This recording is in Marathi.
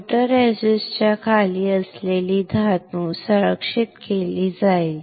फोटोरेसिस्टच्या खाली असलेली धातू संरक्षित केली जाईल